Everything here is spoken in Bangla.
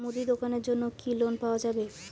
মুদি দোকানের জন্যে কি লোন পাওয়া যাবে?